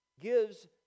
gives